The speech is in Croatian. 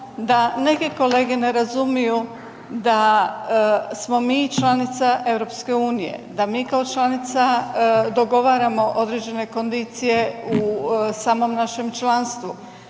da neke kolege ne razumiju da smo mi članica EU, da mi kao članica dogovaramo određene kondicije u samom našem članstvu.